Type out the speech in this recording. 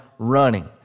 running